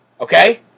Okay